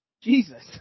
Jesus